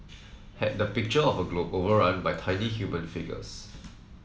had the picture of a globe overrun by tiny human figures